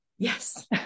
Yes